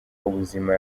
ubuzima